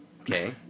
Okay